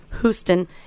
Houston